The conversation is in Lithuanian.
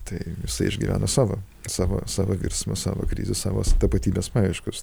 tai išgyvena savo savo savo virsmą savo krizę savas tapatybės paieškas